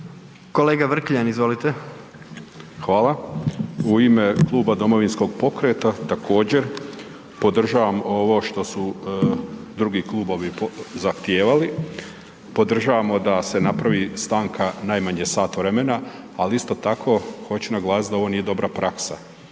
**Vrkljan, Milan (DP)** Hvala. U ime Kluba Domovinskog pokreta također podržavam ovo što su drugi klubovi zahtijevali, podržavamo da se napravi stanka najmanje sat vremena, ali isto tako hoću naglasit da ovo nije dobra praksa,